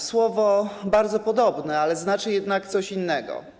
Słowo bardzo podobne, ale znaczy jednak coś innego.